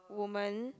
woman